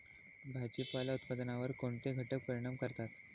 भाजीपाला उत्पादनावर कोणते घटक परिणाम करतात?